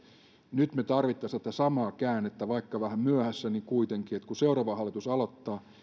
nyt me tarvitsisimme tätä samaa käännettä vaikka vähän myöhässä niin kuitenkin kun seuraava hallitus aloittaa